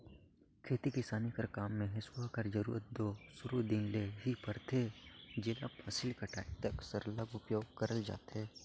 खेती किसानी कर काम मे हेसुवा कर जरूरत दो सुरू दिन ले ही परथे जेला फसिल कटाए तक सरलग उपियोग करल जाथे